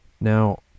Now